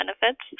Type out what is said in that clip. benefits